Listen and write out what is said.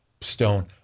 stone